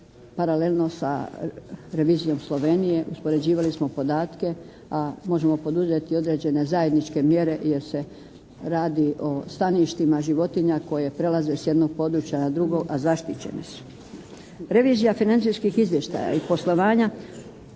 paralelno sa revizijom Slovenije. Uspoređivali smo podatke a možemo poduzeti određene zajedničke mjere jer se radi o staništima životinja koje prelaze s jednog područja na drugo, a zaštićene su.